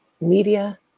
media